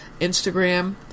Instagram